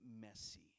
messy